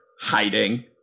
hiding